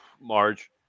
Marge